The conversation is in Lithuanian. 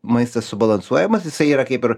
maistas subalansuojamas jisai yra kaip ir